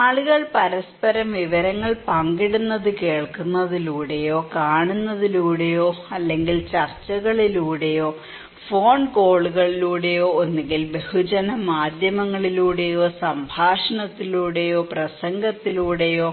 ആളുകൾ പരസ്പരം വിവരങ്ങൾ പങ്കിടുന്നത് കേൾക്കുന്നതിലൂടെയോ ഒന്നുകിൽ കാണുന്നതിലൂടെയോ ഒന്നുകിൽ ചർച്ചകളിലൂടെയോ ഒന്നുകിൽ ഫോൺ കോളുകളിലൂടെയോ ഒന്നുകിൽ ബഹുജനമാധ്യമങ്ങളിലൂടെയോ സംഭാഷണത്തിലൂടെയോ പ്രസംഗത്തിലൂടെയോ